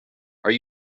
are